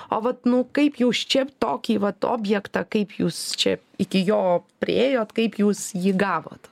o vat nu kaip jūs čia tokį vat objektą kaip jūs čia iki jo priėjot kaip jūs jį gavot